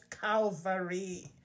Calvary